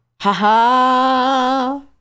Ha-ha